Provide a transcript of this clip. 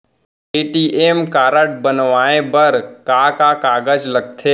ATM card बनवाये बर का का कागज लगथे?